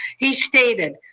he stated,